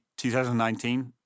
2019